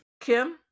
Kim